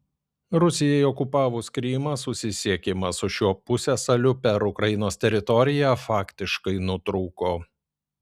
rusijai okupavus krymą susisiekimas su šiuo pusiasaliu per ukrainos teritoriją faktiškai nutrūko